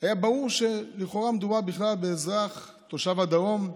היה ברור שלכאורה מדובר באזרח תושב הדרום,